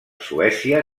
suècia